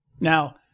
Now